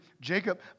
Jacob